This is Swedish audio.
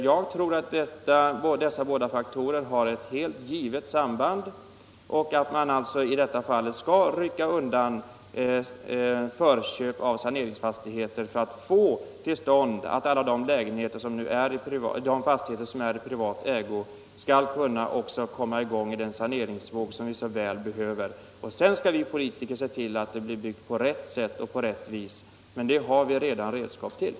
Jag tror att dessa båda faktorer har ett helt givet samband och att vi alltså i detta fall bör rycka undan kommunens möjligheter till förköp av saneringsfastigheter för att alla de fastigheter som är i privat ägo också skall komma med i den saneringsvåg som så väl behövs. Sedan skall vi politiker se till att det blir byggt på rätt sätt, men det har vi redan redskap till.